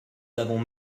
avons